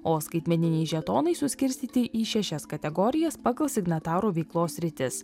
o skaitmeniniai žetonai suskirstyti į šešias kategorijas pagal signatarų veiklos sritis